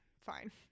Fine